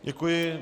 Děkuji.